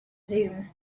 zoom